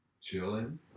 chilling